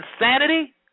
insanity